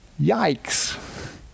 Yikes